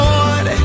Lord